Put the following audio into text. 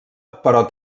però